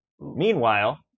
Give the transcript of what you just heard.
Meanwhile